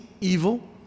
evil